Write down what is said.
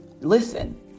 listen